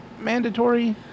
mandatory